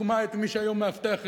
כדוגמה את מי שהיום מאבטח,